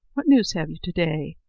what news have you to-day?